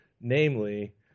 Namely